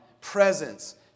Presence